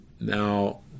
Now